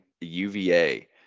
UVA